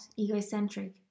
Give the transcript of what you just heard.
egocentric